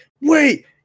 Wait